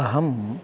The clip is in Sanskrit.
अहं